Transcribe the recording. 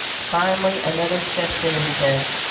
finally another steps in and says,